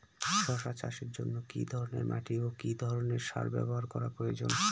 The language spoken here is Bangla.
শশা চাষের জন্য কি ধরণের মাটি ও কি ধরণের সার ব্যাবহার করা প্রয়োজন?